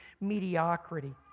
mediocrity